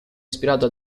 ispirato